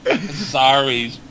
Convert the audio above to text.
Sorry